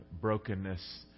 brokenness